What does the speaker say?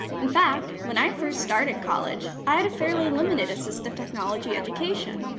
in fact, when i first started college, i had a fairly limited assistive technology education.